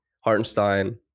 Hartenstein